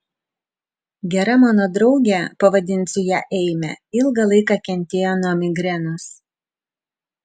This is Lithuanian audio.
gera mano draugė pavadinsiu ją eime ilgą laiką kentėjo nuo migrenos